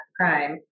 crime